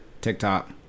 TikTok